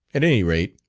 at any rate,